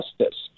justice